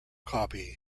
copy